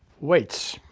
weights.